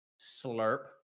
slurp